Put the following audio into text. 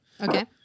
Okay